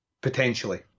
Potentially